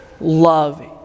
Love